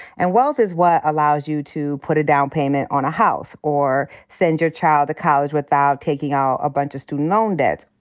and wealth is what allows you to put a down payment on a house or send your child to college without taking out a bunch of student loan debts.